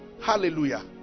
Hallelujah